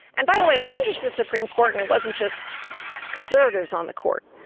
and by the way, it wasn't just the supreme court and it wasn't just conservatives on the court,